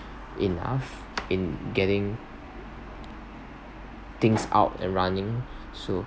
enough in getting things out and running so